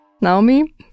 Naomi